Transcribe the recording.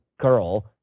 girl